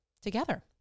together